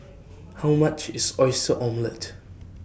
How much IS Oyster Omelette